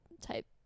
type